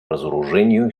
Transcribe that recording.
разоружению